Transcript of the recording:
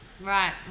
Right